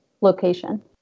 location